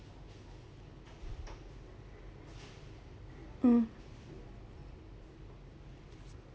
mm